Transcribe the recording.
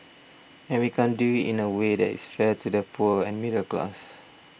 and we can do it in a way that is fair to the poor and middle class